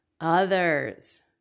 others